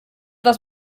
was